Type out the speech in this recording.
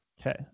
okay